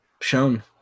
shown